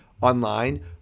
online